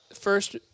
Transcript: first